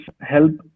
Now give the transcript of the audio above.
help